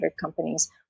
companies